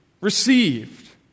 received